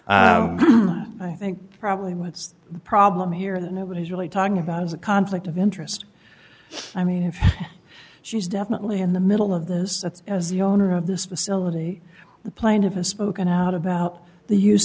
i think probably what's the problem here that nobody's really talking about is a conflict of interest i mean if she's definitely in the middle of this as the owner of this facility the plaintiff has spoken out about the use